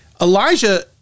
Elijah